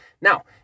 now